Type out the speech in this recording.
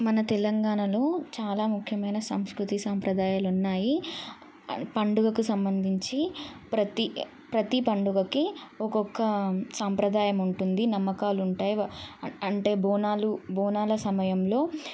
మన తెలంగాణలో చాలా ముఖ్యమైన సంస్కృతి సాంప్రదాయాలు ఉన్నాయి పండగకు సంబంధించి ప్రతీ ప్రతీ పండగకి ఒక్కొక్క సాంప్రదాయం ఉంటుంది నమ్మకాలు ఉంటాయి అంటే బోనాలు బోనాల సమయంలో